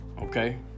okay